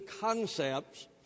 concepts